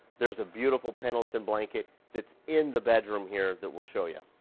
there's a beautiful pendleton blanket that's in the bedroom here that we'll show ya.